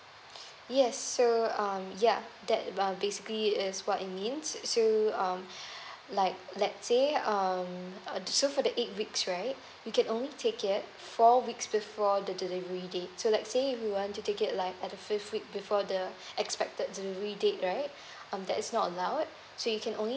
yes so um yeah that um basically is what it means so um like let's say um uh so for the eight weeks right you can only take it four weeks before the delivery date so let's say if you want to take it like at the fifth week before the expected delivery date right um that is not allowed so you can only